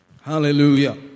Hallelujah